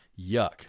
Yuck